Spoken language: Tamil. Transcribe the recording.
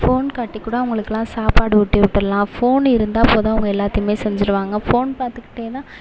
ஃபோன் காட்டி கூட அவங்களுக்குலாம் சாப்பாடு ஊட்டி விட்டுர்லாம் ஃபோன் இருந்தால் போதும் அவங்க எல்லாத்தையும் செஞ்சிடுவாங்க ஃபோன் பார்த்துக்கிட்டேதான்